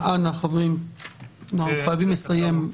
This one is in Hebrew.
אנחנו חייבים לסיים.